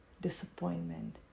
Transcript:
disappointment